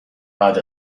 بعد